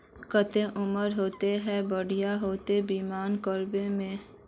केते उम्र होते ते बढ़िया होते बीमा करबे में?